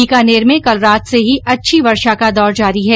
बीकानेर में कल रात से ही अच्छी वर्षा का दौर जारी है